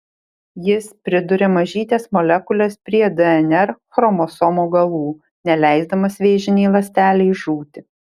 jis priduria mažytes molekules prie dnr chromosomų galų neleisdamas vėžinei ląstelei žūti